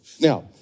Now